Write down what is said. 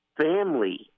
family